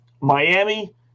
Miami